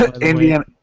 Indiana